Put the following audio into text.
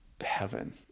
heaven